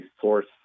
source